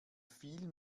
viel